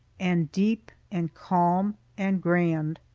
and deep and calm and grand.